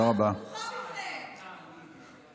אבל הארץ פתוחה בפניהם, באמת.